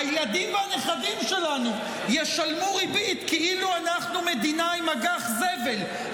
הילדים והנכדים שלנו ישלמו ריבית כאילו אנחנו מדינה עם אג"ח זבל,